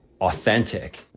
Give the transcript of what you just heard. authentic